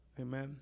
amen